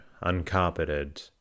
uncarpeted